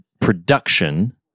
production